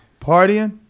partying